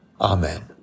Amen